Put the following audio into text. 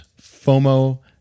FOMO